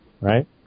right